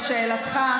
לשאלתך,